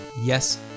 Yes